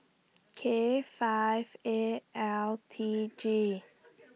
K five eight L T G